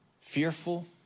fearful